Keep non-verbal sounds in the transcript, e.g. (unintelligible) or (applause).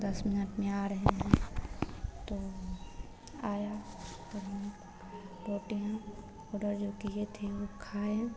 दस मिनट में आ रहे हैं तो आया (unintelligible) रोटियाँ ऑडर जो किए थे हम लोग खाए